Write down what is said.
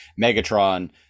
Megatron